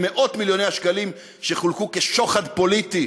במאות-מיליוני השקלים שחולקו כשוחד פוליטי